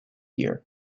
year